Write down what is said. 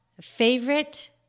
Favorite